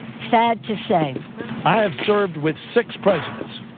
sad to say i have served with six presidents,